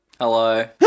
Hello